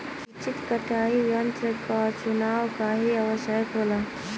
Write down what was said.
उचित कटाई यंत्र क चुनाव काहें आवश्यक होला?